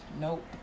nope